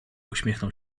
uśmiechnął